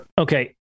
Okay